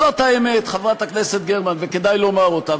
זאת האמת, חברת הכנסת גרמן, וכדאי לומר אותה.